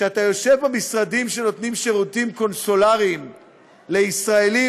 כשאתה יושב במשרדים שנותנים שירותים קונסולריים לישראלים,